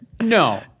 No